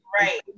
Right